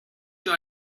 you